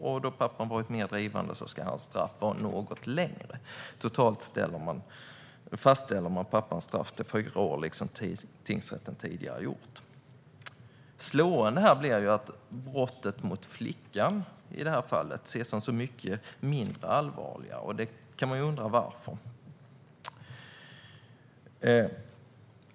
Eftersom pappan har varit mer drivande ska hans straff vara något längre. Totalt fastställer man pappans straff till fyra år, liksom tingsrätten tidigare gjort. Slående blir här att brottet mot flickan ses som så mycket mindre allvarligt, och man kan ju undra varför.